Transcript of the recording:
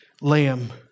lamb